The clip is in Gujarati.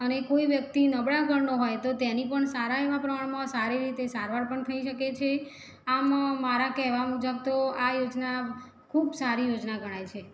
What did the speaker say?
અને કોઈ વ્યક્તિ નબળાં ઘરનો હોય તો તેની પણ સારા એવાં પ્રમાણમા સારી રીતે સારવાર પણ થઈ શકે છે આમ મારા કહેવા મુજબ તો આ યોજના ખૂબ સારી યોજના ગણાય છે